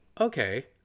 okay